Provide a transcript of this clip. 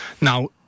Now